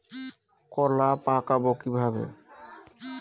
কলা পাকাবো কিভাবে?